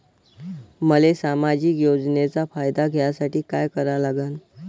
मले सामाजिक योजनेचा फायदा घ्यासाठी काय करा लागन?